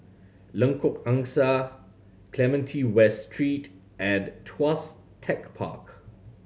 Lengkok Angsa Clementi West Street and Tuas Tech Park